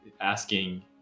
asking